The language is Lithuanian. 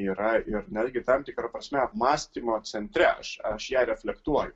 yra ir netgi tam tikra prasme apmąstymo centre aš aš ją reflektuoju